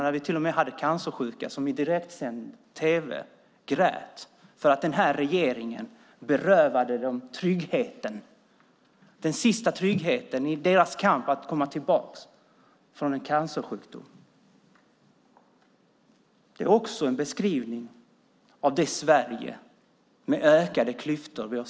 Då var det till och med cancersjuka som grät i direktsänd tv för att den här regeringen berövade dem den sista tryggheten i deras kamp för att komma tillbaka från cancersjukdomen. Det är också en beskrivning av det Sverige som vi har sett med ökade klyftor.